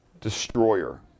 destroyer